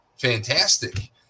fantastic